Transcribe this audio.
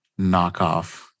knockoff